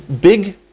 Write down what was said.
big